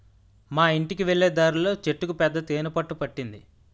మా యింటికి వెళ్ళే దారిలో చెట్టుకు పెద్ద తేనె పట్టు పట్టింది